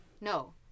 No